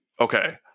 Okay